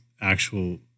actual